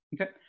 Okay